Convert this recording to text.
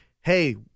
hey